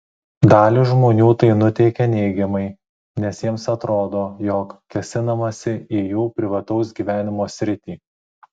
dalį žmonių tai nuteikia neigiamai nes jiems atrodo jog kėsinamasi į jų privataus gyvenimo sritį